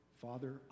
Father